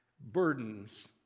burdens